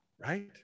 Right